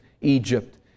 Egypt